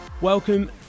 Welcome